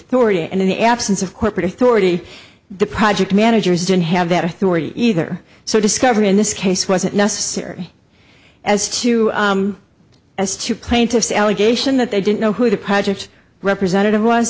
story and in the absence of corporate authority the project managers didn't have that authority either so discovery in this case wasn't necessary as to as to plaintiff's allegation that they didn't know who the project representative was